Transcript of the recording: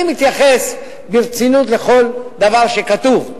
אני מתייחס ברצינות לכל דבר שכתוב,